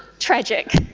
tragic.